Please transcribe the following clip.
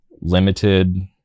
limited